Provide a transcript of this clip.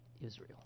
Israel